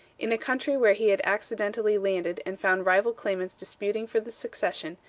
in a country where he had accidentally landed and found rival claimants disputing for the succession,